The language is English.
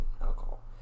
alcohol